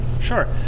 sure